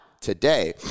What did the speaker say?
today